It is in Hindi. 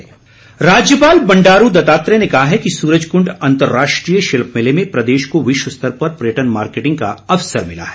सुरज कुंड राज्यपाल बंडारू दत्तात्रेय ने कहा है कि सूरजकुंड अंतर्राष्ट्रीय शिल्प मेले में प्रदेश को विश्व स्तर पर पर्यटन मार्केटिंग का अवसर मिला है